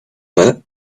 minute